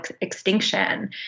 extinction